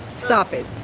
stop it.